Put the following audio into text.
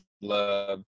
love